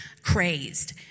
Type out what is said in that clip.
crazed